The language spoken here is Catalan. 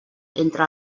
entre